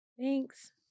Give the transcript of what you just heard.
Thanks